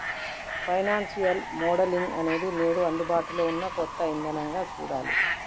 financial modelling అనేది నేడు అందుబాటులో ఉన్న కొత్త ఇదానంగా చూడాలి